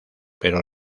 pero